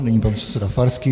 Nyní pan předseda Farský.